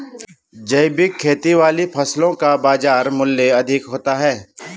जैविक खेती वाली फसलों का बाजार मूल्य अधिक होता है